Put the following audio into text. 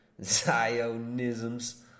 Zionisms